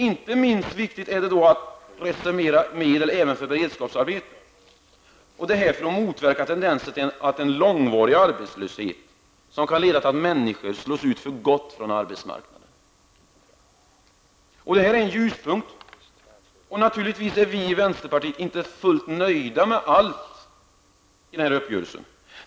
Inte minst viktigt är då att även reservera medel för beredskapsarbeten -- detta för att motverka tendenser till långvarig arbetslöshet som kan leda till att människor slås ut för gott från arbetsmarknaden. Detta är en ljuspunkt. Naturligtvis är vi i vänsterpartiet inte fullt nöjda med allt i denna uppgörelse.